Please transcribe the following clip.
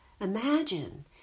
imagine